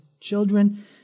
children